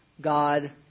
God